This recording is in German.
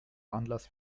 anlass